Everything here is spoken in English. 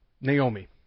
Naomi